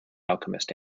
alchemist